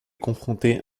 confronté